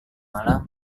malam